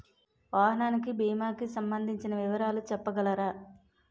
వాహనానికి భీమా కి సంబందించిన వివరాలు చెప్పగలరా?